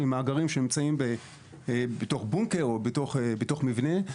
ממאגרים שנמצאים בתוך בונקר או בתוך מבנה,